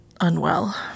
unwell